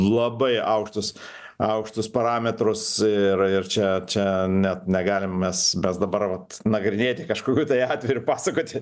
labai aukštus aukštus parametrus ir ir čia čia net negalim mes mes dabar vat nagrinėti kažkokių tai atvejų ir pasakoti